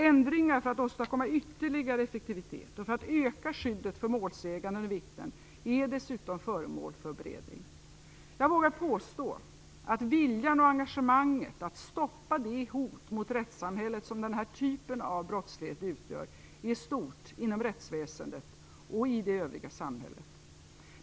Ändringar för att åstadkomma ytterligare restriktivitet och för att öka skyddet för målsägande och vittnen är dessutom föremål för beredning. Jag vågar påstå att viljan och engagemanget för att stoppa det hot mot rättssamhället som den här typen av brottslighet utgör är stort inom rättsväsendet och i det övriga samhället.